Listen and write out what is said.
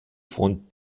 von